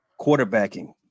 quarterbacking